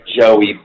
Joey